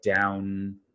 down